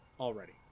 already